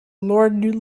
lord